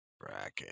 bracket